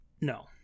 No